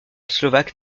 slovaque